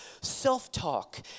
self-talk